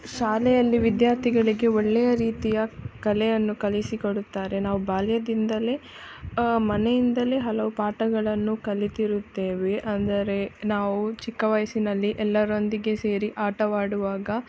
ಶಾಲೆಯಲ್ಲಿ ವಿದ್ಯಾರ್ಥಿಗಳಿಗೆ ಒಳ್ಳೆಯ ರೀತಿಯ ಕಲೆಯನ್ನು ಕಲಿಸಿಕೊಡುತ್ತಾರೆ ನಾವು ಬಾಲ್ಯದಿಂದಲೇ ಮನೆಯಿಂದಲೇ ಹಲವು ಪಾಠಗಳನ್ನು ಕಲಿತಿರುತ್ತೇವೆ ಅಂದರೆ ನಾವು ಚಿಕ್ಕ ವಯಸ್ಸಿನಲ್ಲಿ ಎಲ್ಲರೊಂದಿಗೆ ಸೇರಿ ಆಟವಾಡುವಾಗ